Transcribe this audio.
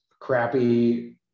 crappy